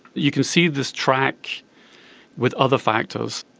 you can see this track with other factors.